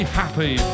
happy